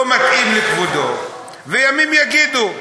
לא מתאים לכבודו, וימים יגידו.